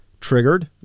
Triggered